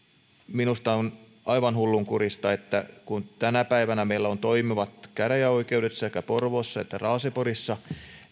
minusta on aivan hullunkurista että kun tänä päivänä meillä on toimivat käräjäoikeudet sekä porvoossa että raaseporissa